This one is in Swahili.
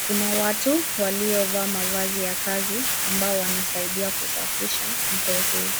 Kuna watu walio vaa mavazi ya kazi ambao wanasaidia kusafisha mto huu.